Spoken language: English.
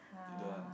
you don't want